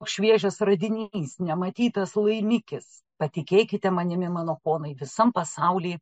šviežias radinys nematytas laimikis patikėkite manimi mano ponai visam pasauly